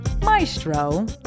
maestro